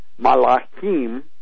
Malachim